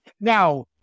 Now